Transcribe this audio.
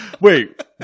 Wait